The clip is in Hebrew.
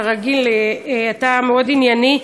כרגיל אתה מאוד ענייני,